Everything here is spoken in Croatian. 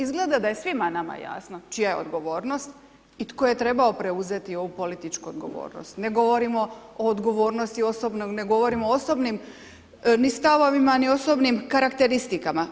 Izgleda da je svima nama jasno, čija je odgovornost i tko je trebao preuzeti ovu političku odgovornost, ne govorimo o odgovornosti osobnom, ne govorimo ni stavovima ni osobnim karakteristikama.